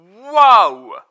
Whoa